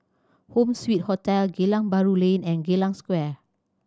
Home Suite Hotel Geylang Bahru Lane and Geylang Square